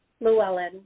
Llewellyn